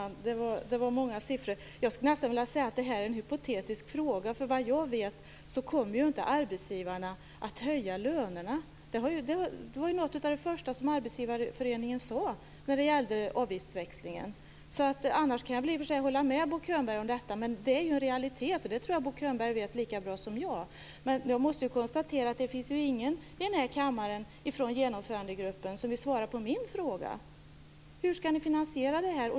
Fru talman! Det var många siffror. Jag skulle nästan vilja säga att det här är en hypotetisk fråga. Vad jag vet kommer ju inte arbetsgivarna att höja lönerna. Det var något av det första som Arbetsgivareföreningen sade när det gällde avgiftsväxlingen. Annars kan jag i och för sig hålla med Bo Könberg om detta. Men det är realitet. Det tror jag Bo Könberg vet lika bra som jag. Men jag måste konstatera att det inte finns någon i kammaren från Genomförandegruppen som vill svara på mina frågor: Hur skall ni finansiera detta?